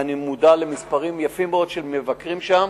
ואני מודע למספרים יפים מאוד של מבקרים שם.